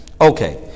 Okay